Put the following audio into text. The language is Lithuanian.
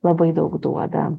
labai daug duoda